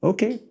Okay